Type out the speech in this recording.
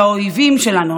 והאויבים שלנו,